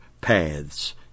paths